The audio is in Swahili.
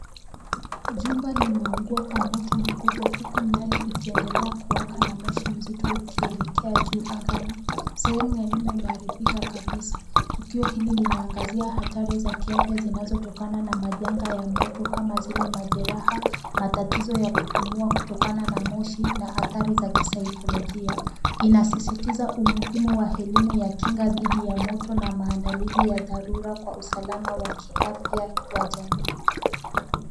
Jumba limeungua kwa moto mkubwa, huku miale ikiendelea kuwaka na moshi mzito ukielekea juu angani. Sehemu ya nyumba imeharibika kabisa. Tukio hili linaangazia hatari za kiafya zinazotokana na majanga ya moto kama vile majeraha, matatizo ya kupumua kutokana na moshi na athari za kisaikolojia. Inasisitiza umuhimu wa elimu ya kinga dhidi ya moto na maandalizi ya dharura kwa usalama wa kiafya wa jamii.